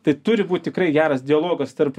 tai turi būt tikrai geras dialogas tarp